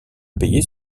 payé